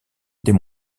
des